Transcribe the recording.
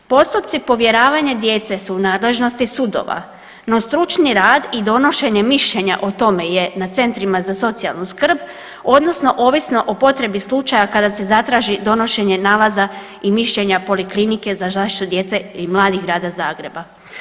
Postupci povjeravanja djece su u nadležnosti sudova, no stručni rad i donošenje mišljenja o tome je na centrima za socijalnu skrb, odnosno ovisno o potrebi slučaja, kada se zatraži donošenje nalaza i mišljenja Poliklinike za zaštitu djece i mladih Grada Zagreba.